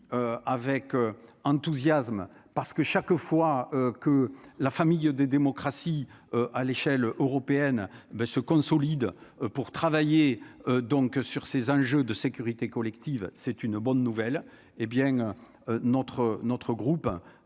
avec enthousiasme parce que chaque fois que la famille des démocraties à l'échelle européenne ben se consolide, pour travailler donc sur ces enjeux de sécurité collective, c'est une bonne nouvelle, hé bien notre notre